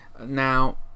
Now